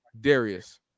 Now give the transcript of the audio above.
Darius